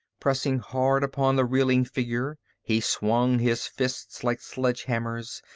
pressing hard upon the reeling figure, he swung his fists like sledge-hammers,